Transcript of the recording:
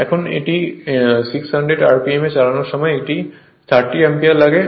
এখন এটি 600 rpm এ চালানোর সময় এটি 30 অ্যাম্পিয়ার লাগে